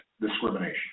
discrimination